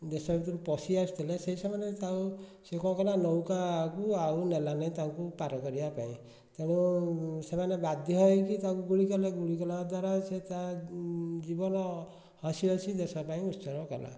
ଦେଶ ଭିତରକୁ ପଶି ଆସୁଥିଲେ ସେଇ ସମୟରେ ତାଙ୍କୁ ସେ କଣ କଲା ନୌକାକୁ ଆଉ ନେଲାନି ତାଙ୍କୁ ପାରକରିବା ପାଇଁ ତେଣୁ ସେମାନେ ବାଧ୍ୟ ହୋଇକି ତାକୁ ଗୁଳି କଲେ ଗୁଳି କଲା ଦ୍ଵାରା ସେ ତା ଜୀବନ ହସିହସି ଦେଶପାଇଁ ଉତ୍ସର୍ଗ କଲା